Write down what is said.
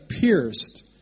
pierced